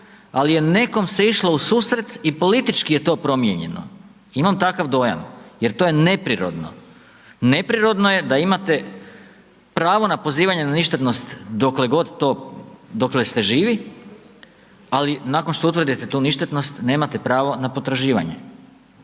ali je nekom se išlo u susret i politički je to promijenjeno. Imam takav dojam jer to je neprirodno. Neprirodno je da imate pravo na pozivanje na ništetnost dokle god to, dokle ste živi, ali nakon što utvrdite tu ništetnost, nemate pravo na potraživanje.